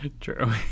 true